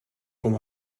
com